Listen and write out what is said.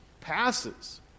passes